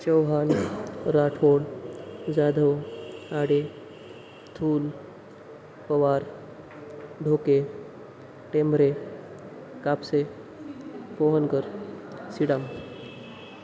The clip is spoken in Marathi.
चौहान राठोड जाधव आडे थूल पवार ढोके टेंबरे कापसे पोहनकर सिडाम